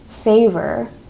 favor